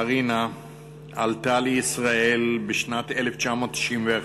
מרינה עלתה לישראל בשנת 1991,